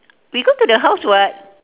we go to the house [what]